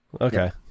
okay